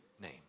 name